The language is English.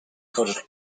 coated